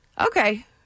Okay